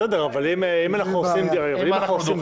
אז שיהיו ארבעה נושאים, אם אנחנו דוחים.